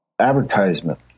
advertisement